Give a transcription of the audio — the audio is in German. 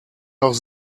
noch